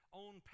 own